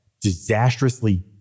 disastrously